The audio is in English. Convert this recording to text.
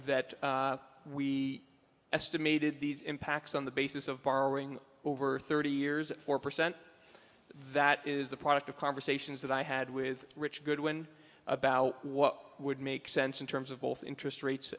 that we estimated these impacts on the basis of borrowing over thirty years four percent that is the product of conversations that i had with richard goodwin about what would make sense in terms of both interest rates